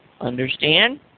understand